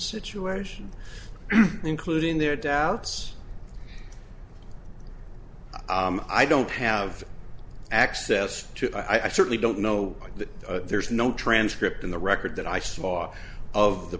situation including their doubts i don't have access to i certainly don't know that there's no transcript in the record that i saw of the